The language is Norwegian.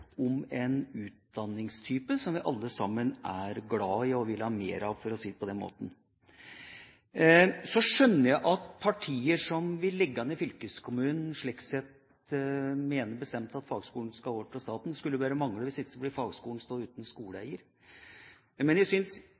om en utdanningstype som vi alle sammen er glad i og vil ha mer av, for å si det på den måten. Så skjønner jeg at partier som vil legge ned fylkeskommunen, bestemt mener at fagskolen skal over til staten. Det skulle bare mangle, hvis ikke ville fagskolen stå uten skoleeier. Men jeg synes